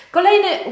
Kolejny